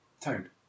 Tone